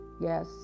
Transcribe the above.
Yes